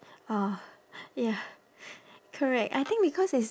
oh ya correct I think because it's